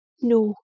No